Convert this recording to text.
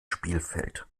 spielfeld